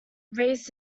raised